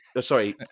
sorry